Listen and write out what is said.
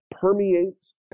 permeates